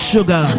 Sugar